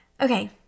okay